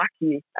lucky